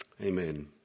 Amen